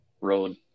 road